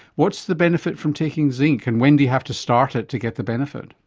what's the benefit from taking zinc and when do you have to start it to get the benefit?